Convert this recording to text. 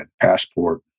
passport